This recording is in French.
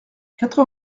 quatre